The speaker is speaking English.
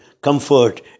comfort